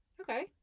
okay